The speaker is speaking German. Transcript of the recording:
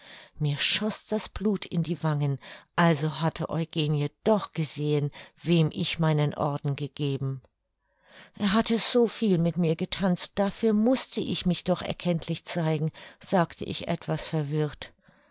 mir schoß das blut in die wangen also hatte eugenie doch gesehen wem ich meinen orden gegeben er hatte soviel mit mir getanzt dafür mußte ich mich doch erkenntlich zeigen sagte ich etwas verwirrt